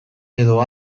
edo